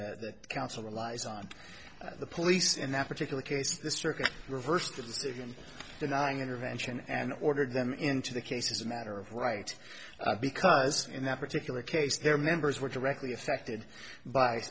the council relies on the police in that particular case the circuit reversed the decision denying intervention and ordered them into the case as a matter of right because in that particular case their members were directly affected by